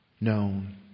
known